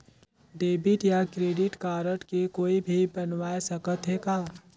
Debit या credit card के कोई भी बनवाय सकत है का?